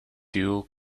two